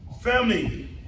Family